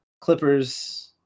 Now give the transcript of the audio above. Clippers –